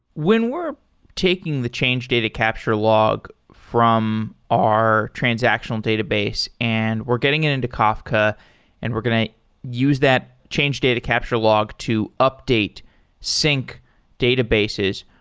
when we're taking the change data capture log from our transactional database and we're getting it into kafka and we're going to use that change data capture log to update sync databases,